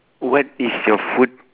what is your food